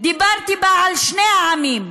ודיברתי על שני העמים,